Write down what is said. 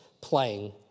playing